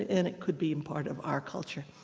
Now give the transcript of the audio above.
and it could be and part of our culture,